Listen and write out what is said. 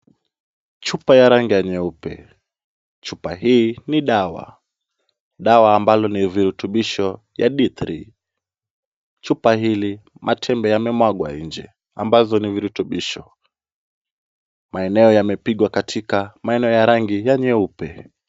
Chupa ya rangi ya nyeupe. Chupa hii ni dawa. Dawa ambalo ni virutubisho ya D3. Chupa hili matembe yamemwagwa nje ambazo ni virutubisho. Maeneo yamepigwa katika maeneo ya rangi ya nyeupe.